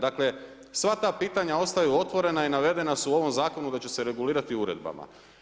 Dakle, sva ta pitanja ostaju otvorena i navedena su u ovom zakonu da će se regulirati uredbama.